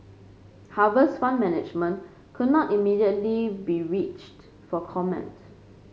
Harvest Fund Management could not be immediately be reached for comment